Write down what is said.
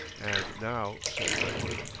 and now, said brentwick,